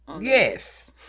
Yes